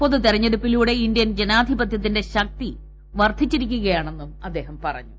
പൊതുതിരഞ്ഞെടുപ്പിലൂടെ Indian ജനാധിപത്യത്തിന്റെ ശക്തി വർധിച്ചിരിക്കുകയാണെന്നും അദ്ദേഹം പറഞ്ഞു